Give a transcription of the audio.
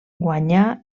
guanyà